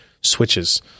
switches